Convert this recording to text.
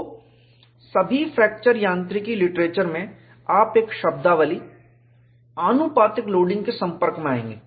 तो सभी फ्रैक्चर यांत्रिकी लिटरेचर में आप एक शब्दावली आनुपातिक लोडिंग के संपर्क में आऐंगे